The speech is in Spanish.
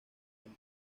del